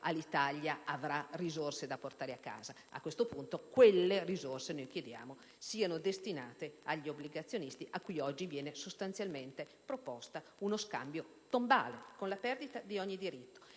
Alitalia avrà risorse da portare casa. Aquesto punto chiediamo che quelle risorse siano destinate agli obbligazionisti a cui oggi viene sostanzialmente proposto uno scambio tombale, con la perdita di ogni diritto.